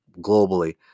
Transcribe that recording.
globally